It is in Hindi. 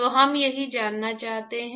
तो हम यही जानना चाहते हैं